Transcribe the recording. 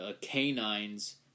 canines